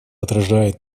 отражает